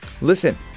listen